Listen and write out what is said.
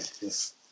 yes